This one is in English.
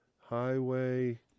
Highway